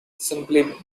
simply